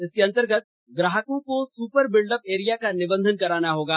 इसके अंतर्गत ग्राहकों को सुपर बिल्डअप एरिया का निबंधन कराना होगा